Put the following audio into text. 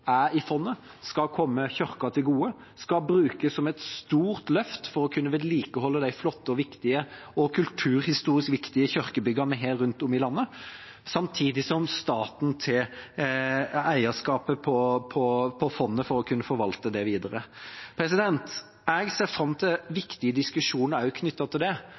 er i fondet, skal komme kirka til gode, skal brukes som et stort løft for å kunne vedlikeholde de flotte og kulturhistorisk viktige kirkebyggene vi har rundt om i landet, samtidig som staten tar eierskapet til fondet for å kunne forvalte det videre. Jeg ser fram til viktige diskusjoner knyttet til det.